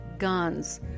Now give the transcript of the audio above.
guns